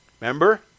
remember